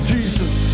Jesus